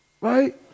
Right